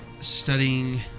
studying